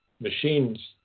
Machines